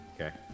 Okay